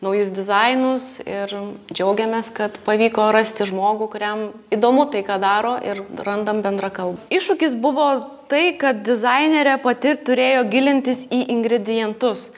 naujus dizainus ir džiaugiamės kad pavyko rasti žmogų kuriam įdomu tai ką daro ir randam bendrą kalbą iššūkis buvo tai kad dizainerė pati turėjo gilintis į ingredientus